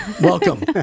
welcome